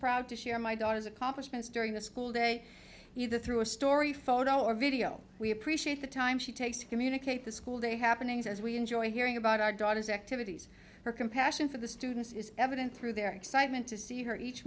proud to share my daughter's accomplishments during the school day through a story photo or video we appreciate the time she takes to communicate the school day happenings as we enjoy hearing about our daughter's activities her compassion for the students is evident through their excitement to see her each